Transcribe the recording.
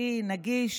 מקצועי נגיש,